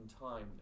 time